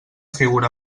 figura